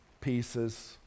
pieces